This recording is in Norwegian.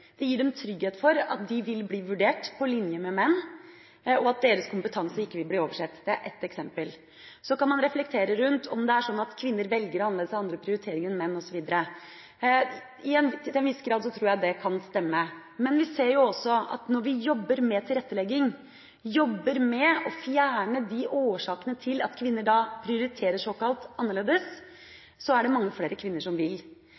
Det gir dem trygghet for at de vil bli vurdert på linje med menn, og at deres kompetanse ikke vil bli oversett. Det er ett eksempel. Så kan man reflektere over om det er slik at kvinner velger annerledes og har andre prioriteringer enn menn, osv. Til en viss grad tror jeg det kan stemme. Men vi ser også at når vi jobber med tilrettelegging, jobber med å fjerne årsakene til at kvinner prioriterer såkalt annerledes, er det mange flere kvinner som vil.